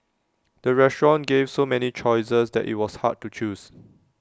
the restaurant gave so many choices that IT was hard to choose